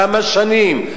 כמה שנים?